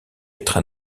être